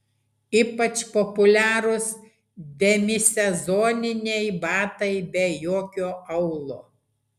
ypač populiarūs demisezoniniai batai be jokio aulo